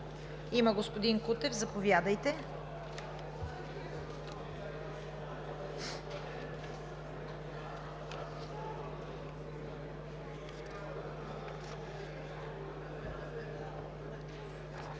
Господин Кутев, заповядайте.